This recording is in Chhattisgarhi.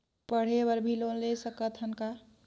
पढ़े बर भी लोन ले सकत हन का?